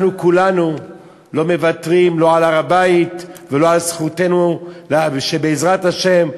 אנחנו כולנו לא מוותרים לא על הר-הבית ולא על זכותנו שבעזרת השם,